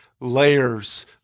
layers